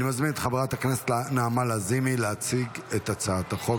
אני מוסיף את חבר הכנסת גלעד קריב, שהצביע בעד.